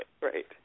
Right